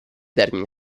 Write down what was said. termini